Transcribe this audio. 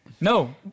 No